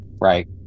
right